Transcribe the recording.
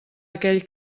aquell